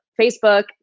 Facebook